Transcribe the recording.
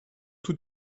tout